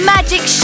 Magic